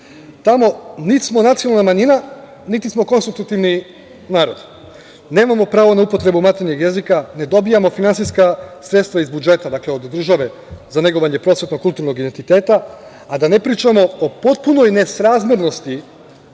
Tamo nit smo nacionalna manjina, niti smo konstitutivni narod. Nemamo pravo na upotrebu maternjeg jezika, ne dobijamo finansijska sredstva iz budžeta, dakle, od države, za negovanje prosvetnog, kulturnog identiteta, a da ne pričamo o potpunoj nesrazmernosti